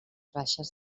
baixes